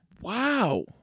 wow